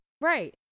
right